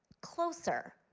closer,